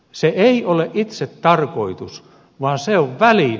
se ei ole itsetarkoitus vaan se on väline